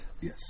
Yes